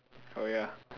oh ya